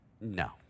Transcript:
no